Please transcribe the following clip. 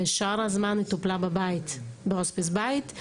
בשאר הזמן היא טופלה בהוספיס בית.